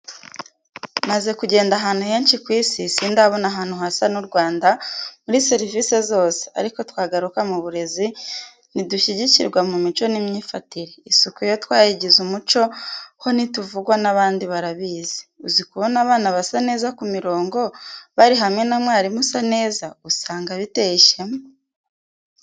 Maze kugenda ahantu henshi ku isi sindabona ahantu hasa n'u Rwanda muri serivice zose ariko twagaruka mu burezi ntidushyikirwa mu mico n'imyifatire, isuku yo twayigize umuco ho ntituvugwa n'abandi barabizi. Uzi kubona abana basa neza ku mirongo bari hamwe na mwarimu usa neza, usanga biteye ishema.